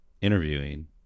interviewing